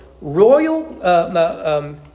royal